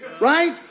right